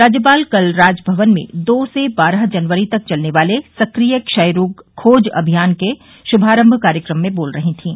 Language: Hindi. राज्यपाल कल राजभवन में दो से बारह जनवरी तक चलने वाले सक्रिय क्षय रोग खोज अभियान के शुभारम्म कार्यक्रम में बोल रही थीं